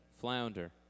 Flounder